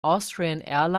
austrian